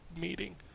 meeting